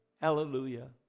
Hallelujah